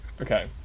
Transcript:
okay